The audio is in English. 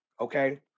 Okay